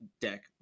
deck